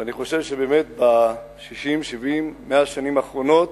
ואני חושב שבאמת, ב-70-60, 100 השנים האחרונות,